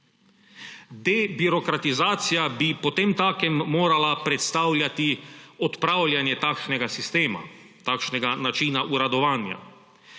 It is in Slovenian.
Debirokratizacija bi potemtakem morala predstavljati odpravljanje takšnega sistema, takšnega načina uradovanja